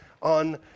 on